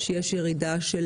שיש ירידה של